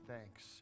thanks